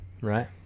Right